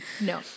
No